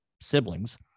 siblings